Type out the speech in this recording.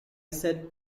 said